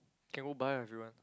can go buy ah if you want